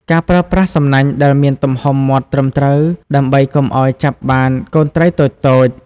ការប្រើប្រាស់សំណាញ់ដែលមានទំហំមាត់ត្រឹមត្រូវ ដើម្បីកុំឲ្យចាប់បានកូនត្រីតូចៗ។